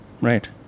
Right